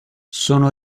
sono